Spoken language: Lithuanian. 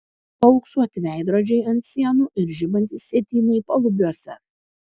paauksuoti veidrodžiai ant sienų ir žibantys sietynai palubiuose